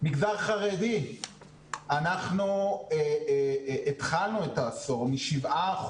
מגזר חרדי - אנחנו התחלנו את העשור מ-7%,